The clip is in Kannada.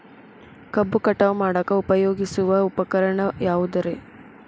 ಕಬ್ಬು ಕಟಾವು ಮಾಡಾಕ ಉಪಯೋಗಿಸುವ ಉಪಕರಣ ಯಾವುದರೇ?